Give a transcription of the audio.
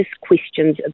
questions